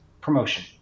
promotion